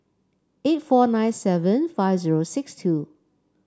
eight four nine seven five zero six two